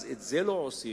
אז את זה לא עושים